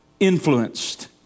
Influenced